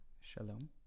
Shalom